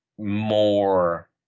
more